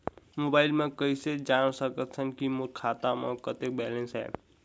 Mobile म कइसे जान सकथव कि मोर खाता म कतेक बैलेंस से?